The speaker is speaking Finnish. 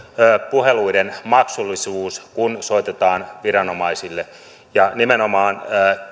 puheluiden maksullisuus kun soitetaan viranomaisille ja nimenomaan